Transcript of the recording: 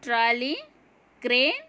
trolley crane